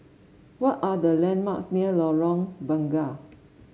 what are the landmarks near Lorong Bunga